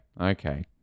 Okay